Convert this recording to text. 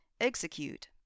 Execute